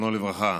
זיכרונו לברכה,